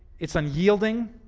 it's unyielding,